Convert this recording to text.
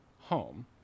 home